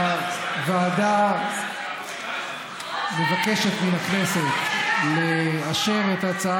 הוועדה מבקשת מן הכנסת לאשר את ההצעה